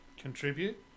contribute